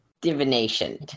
divination